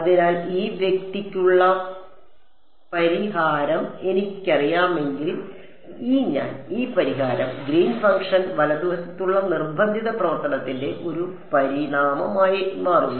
അതിനാൽ ഈ വ്യക്തിക്കുള്ള പരിഹാരം എനിക്കറിയാമെങ്കിൽ ഈ ഞാൻ ഈ പരിഹാരം ഗ്രീൻ ഫംഗ്ഷൻ വലതുവശത്തുള്ള നിർബന്ധിത പ്രവർത്തനത്തിന്റെ ഒരു പരിണാമമായി മാറുന്നു